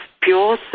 pure